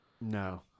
No